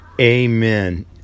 Amen